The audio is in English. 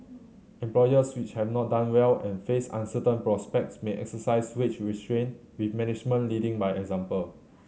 employers which have not done well and face uncertain prospects may exercise wage restraint with management leading by example